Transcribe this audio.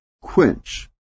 quench